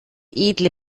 edle